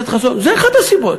חבר הכנסת חסון, זו אחת הסיבות.